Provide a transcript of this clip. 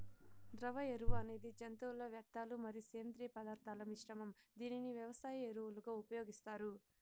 ద్రవ ఎరువు అనేది జంతువుల వ్యర్థాలు మరియు సేంద్రీయ పదార్థాల మిశ్రమం, దీనిని వ్యవసాయ ఎరువులుగా ఉపయోగిస్తారు